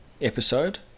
Episode